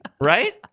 Right